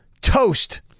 toast